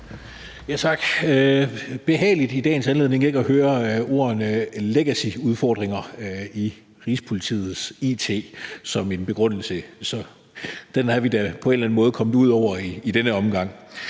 – ikke sandt – i dagens anledning at høre ordene legacy udfordringer i Rigspolitiets it-system brugt som en begrundelse. Den er vi da på en eller anden måde kommet ud over i den her omgang.